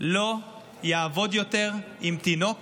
לא יעבוד יותר עם תינוק